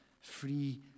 free